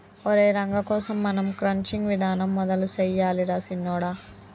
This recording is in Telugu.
ఒరై రంగ కోసం మనం క్రచ్చింగ్ విధానం మొదలు సెయ్యాలి రా సిన్నొడా